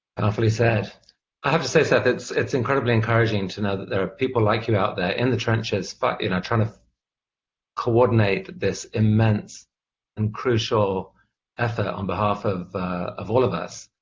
powerfully said. i have to say, seth, it's it's incredibly encouraging to know that there are people like you out there in the trenches, but trying to coordinate this immense and crucial effort on behalf of of all of us,